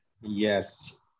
Yes